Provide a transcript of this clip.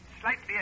slightly